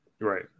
Right